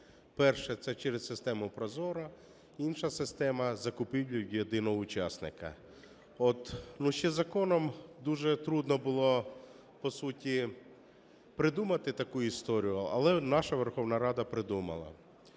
Перше – це через систему ProZorro, інша система – закупівлі в єдиного учасника. Ще законом дуже трудно було, по суті, придумати таку історію, але наша Верховна Рада придумала.